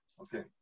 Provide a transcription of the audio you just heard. okay